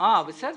מחר